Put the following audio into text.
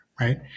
right